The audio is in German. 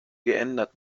geändert